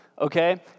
okay